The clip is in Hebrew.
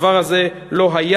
הדבר הזה לא היה